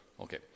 okay